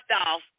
off